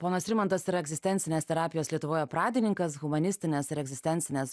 ponas rimantas yra egzistencinės terapijos lietuvoje pradininkas humanistinės ir egzistencinės